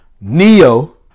Neo